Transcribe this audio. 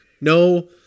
no